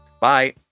Bye